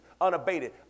unabated